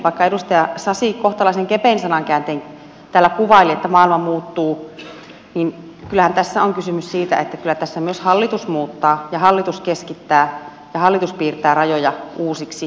vaikka edustaja sasi kohtalaisen kepein sanakääntein täällä kuvaili että maailma muuttuu niin kyllähän tässä on kysymys siitä että kyllä tässä myös hallitus muuttaa hallitus keskittää ja hallitus piirtää rajoja uusiksi